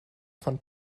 von